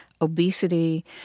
obesity